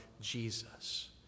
Jesus